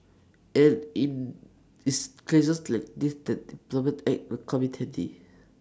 and IT is cases like these that the employment act will come in handy